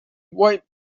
white